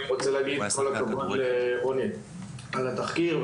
אני רוצה להגיד כל הכבוד לרוני על התחקיר,